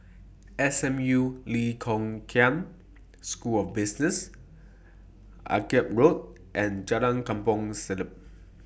S M U Lee Kong Chian School of Business Akyab Road and Jalan Kampong Siglap